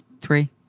three